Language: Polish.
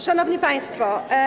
Szanowni Państwo!